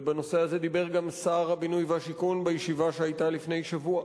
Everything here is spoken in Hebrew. בנושא הזה דיבר גם שר הבינוי והשיכון בישיבה שהיתה לפני שבוע.